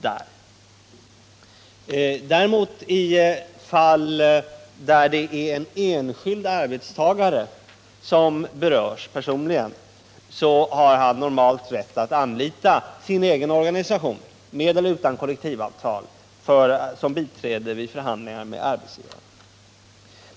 I de fall då en enskild arbetstagare berörs personligen har han däremot normalt rätt att anlita sin egen organisation, med eller utan kollektivavtal, som biträder vid förhandlingar med arbetsgivaren.